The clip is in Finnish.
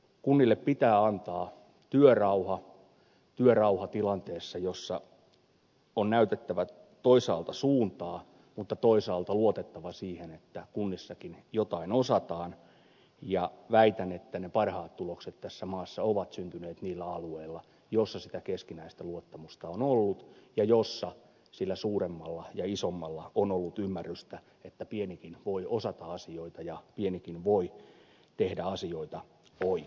kunnille pitää antaa työrauha työrauha tilanteessa jossa on näytettävä toisaalta suuntaa mutta toisaalta luotettava siihen että kunnissakin jotain osataan ja väitän että ne parhaat tulokset tässä maassa ovat syntyneet niillä alueilla joilla sitä keskinäistä luottamusta on ollut ja joilla sillä suuremmalla ja isommalla on ollut ymmärrystä että pienikin voi osata asioita ja pienikin voi tehdä asioita oikein